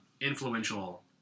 influential